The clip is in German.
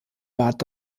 bat